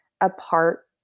apart